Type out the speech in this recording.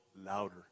louder